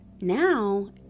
now